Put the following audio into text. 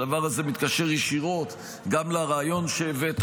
שהדבר הזה מתקשר ישירות גם לרעיון שהבאת,